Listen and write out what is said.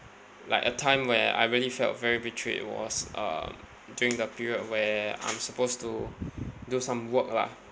like a time where I really felt very betrayed was uh during the period where I'm supposed to do some work lah